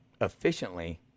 efficiently